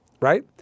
Right